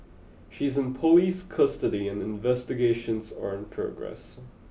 she is in police custody and investigations are in progress